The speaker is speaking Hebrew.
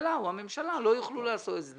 הכלכלה או הממשלה לא יוכלו לעשות את זה.